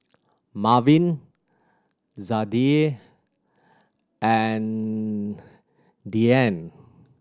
Marvin Zadie and Dianne